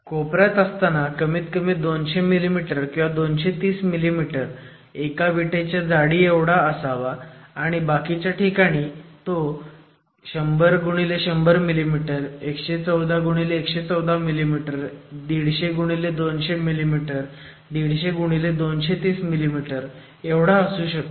कोपऱ्यात असताना कमीत कमी 200 मिमी किंवा 230 मिमी एका विटेच्या जाडीएवढा असावा आणि बाकीच्या ठिकाणी ते 100x100 मिमी 114x114 मिमी 150x200 मिमी 150x230 मिमी एवढा असू शकतो